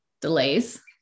delays